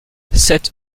sept